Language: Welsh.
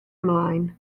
ymlaen